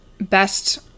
best